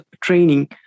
training